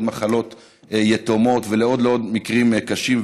מחלות יתומות ולעוד ועוד מקרים קשים,